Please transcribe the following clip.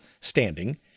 standing